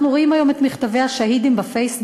אנחנו רואים היום את מכתבי השהידים בפייסבוק,